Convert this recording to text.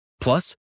Plus